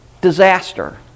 Disaster